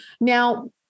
Now